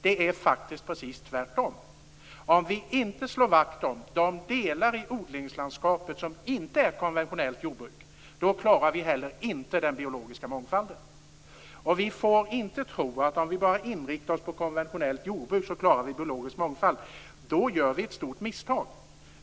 Det är faktiskt precis tvärtom. Om vi inte slår vakt om de delar i odlingslandskapet som inte är konventionellt jordbruk, klarar vi heller inte den biologiska mångfalden. Vi får inte tro att om vi bara inriktar oss på konventionellt jordbruk klarar vi en biologisk mångfald. Då gör vi ett stort misstag.